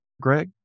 Greg